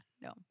no